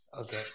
Okay